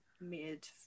made